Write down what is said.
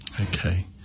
Okay